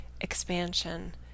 expansion